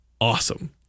awesome